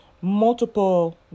multiple